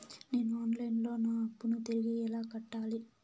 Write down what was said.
నేను online లో నా అప్పును తిరిగి ఎలా కట్టాలి?